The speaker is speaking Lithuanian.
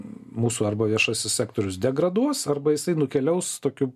mūsų arba viešasis sektorius degraduos arba jisai nukeliaus tokiu